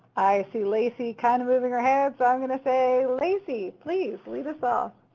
i see lacy kind of moving her head, so i'm going to say lacy please lead us off.